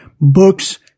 books